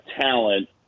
talent